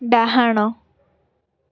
ଡାହାଣ